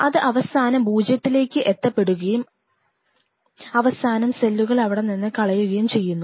അത് അവസാനം പൂജ്യത്തിലേക്ക് എത്തപ്പെടുകയും അവസാനം സെല്ലുകൾ അവിടെ നിന്ന് കളയുകയും ചെയ്യുന്നു